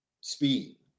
speed